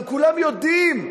גם כולם יודעים,